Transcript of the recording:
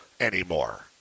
anymore